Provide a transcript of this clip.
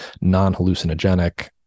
non-hallucinogenic